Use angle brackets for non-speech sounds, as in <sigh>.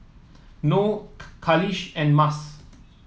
Noh <unintelligible> Khalish and Mas